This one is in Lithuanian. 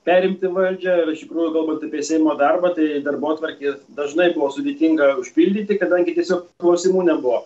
perimti valdžią ar iš tikrųjų kalbant apie seimo darbą tai darbotvarkė dažnai buvo sudėtinga užpildyti kadangi tiesiog klausimų nebuvo